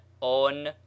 on